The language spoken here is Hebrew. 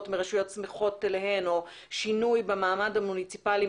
מרשויות סמוכות אליהן או שינוי במעמד המוניציפאלי,